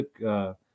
took